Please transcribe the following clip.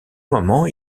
moment